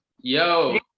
Yo